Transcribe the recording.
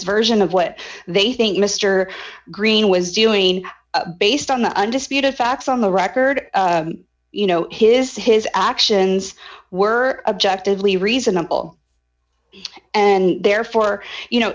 version of what they think mr green was doing based on the undisputed facts on the record you know his his actions were objective lee reasonable and therefore you know